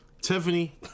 Tiffany